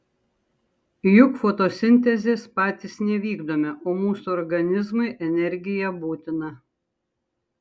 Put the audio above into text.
juk fotosintezės patys nevykdome o mūsų organizmui energija būtina